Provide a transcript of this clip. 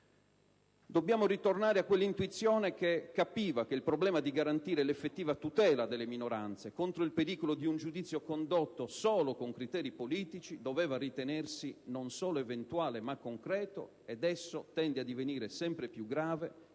nell'articolo 66 della Costituzione) - capiva che il problema di garantire l'effettiva tutela delle minoranze contro il pericolo di un giudizio condotto solo con criteri politici doveva ritenersi "non solo eventuale, ma concreto, e che esso tende a divenire sempre più grave